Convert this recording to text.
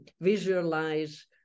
visualize